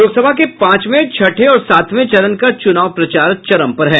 लोकसभा के पांचवें छठे और सातवें चरण का चुनाव प्रचार चरम पर है